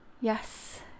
yes